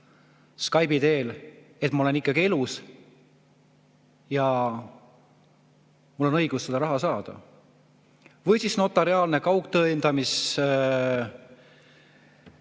Skype'i teel, et ma olen elus ja mul on õigus seda raha saada. Või siis notariaalne kaugtõendamisega